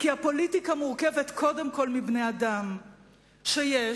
כי הפוליטיקה מורכבת קודם כול מבני-אדם שיש,